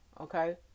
Okay